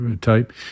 type